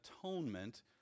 atonement